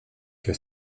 qu’à